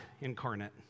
incarnate